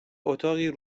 اتاقی